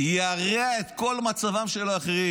ירע את כל מצבם של האחרים.